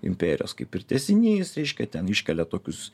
imperijos kaip ir tęsinys reiškia ten iškelia tokius